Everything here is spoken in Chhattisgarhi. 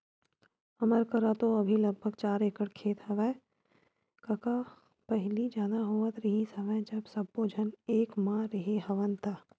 हमर करा तो अभी लगभग चार एकड़ खेत हेवय कका पहिली जादा होवत रिहिस हवय जब सब्बो झन एक म रेहे हवन ता